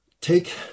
take